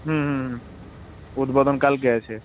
হুম হুম হুম উদ্বোধন কালকে আছে